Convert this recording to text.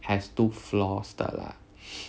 has two floors 的 lah